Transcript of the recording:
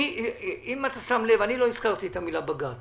אם שמת לב, לא הזכרתי את המילה בג"ץ.